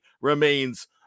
remains